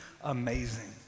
amazing